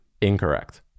Incorrect